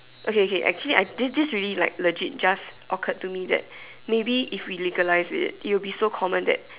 okay okay actually I this this really like just occurred to me like that maybe if we legalise it it will be so common that